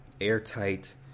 airtight